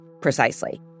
Precisely